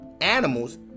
animals